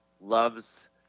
loves